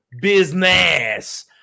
business